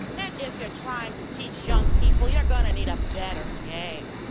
and if you're trying to teach young people you're gonna need a better game.